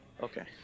Okay